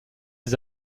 les